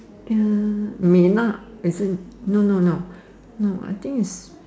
uh mei-na no no no no I think is